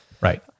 Right